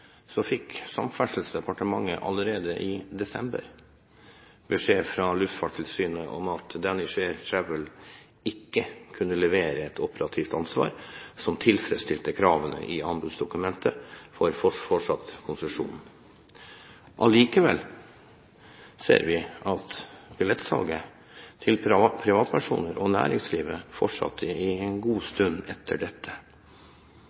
fikk Samferdselsdepartementet allerede i desember beskjed fra Luftfartstilsynet om at Danish Air Transport ikke kunne levere et operativt ansvar som tilfredstilte kravene i anbudsdokumentet for fortsatt konsesjon. Allikevel ser vi at billettsalget til privatpersoner og næringslivet fortsatte en god stund etter dette.